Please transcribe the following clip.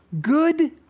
good